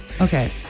okay